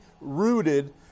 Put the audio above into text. rooted